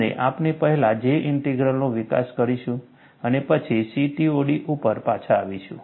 અને આપણે પહેલા J ઇન્ટિગ્રલનો વિકાસ કરીશું અને પછી CTOD ઉપર પાછા આવીશું